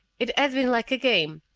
it had been like a game,